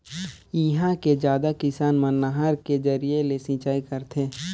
इहां के जादा किसान मन नहर के जरिए ले सिंचई करथे